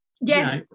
Yes